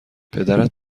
پدرت